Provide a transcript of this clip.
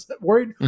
Worried